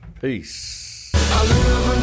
Peace